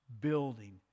building